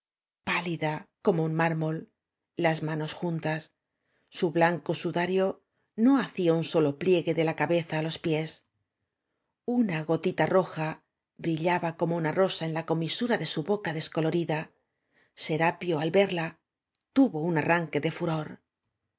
pálida como un inármoi las manos juntas su blaoco sudario no hacía un solo plief ue de ia cabeza á los piés una gotita roja brillaba como una rosa en la comisura de su boca descolorida serapio al verla tuvo un arranque de furor